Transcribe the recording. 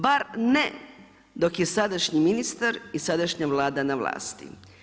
Bar, ne dok je sadašnji ministar i sadašnja Vlada na vlasti.